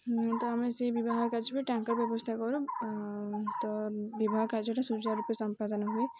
ତ ଆମେ ସେଇ ବିବାହ କାର୍ ବି ଟ୍ୟାଙ୍କର୍ ବ୍ୟବସ୍ଥା କରୁ ତ ବିବାହ କାର୍ଯ୍ୟଟା ସୂର୍ଯ୍ୟ ରୂପେ ସମ୍ପାଦନ ହୁଏ